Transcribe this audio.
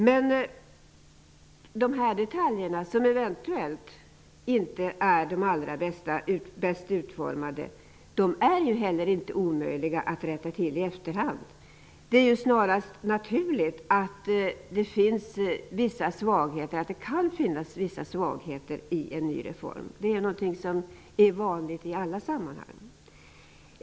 Men de detaljer som eventuellt inte är allra bäst utformade är heller inte omöjliga att rätta till i efterhand. Det är snarast naturligt att det kan finnas vissa svagheter i en ny reform. Det är något som är vanligt i alla sammanhang.